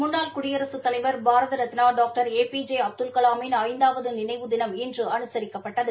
முன்னாள் குடியரகத் தலைவர் Bharat Ratna doctor A P J அப்துல்கலாமின் ஐந்தாவது நினைவு தினம் இன்று அனுசரிக்கப்பட்டது